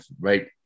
right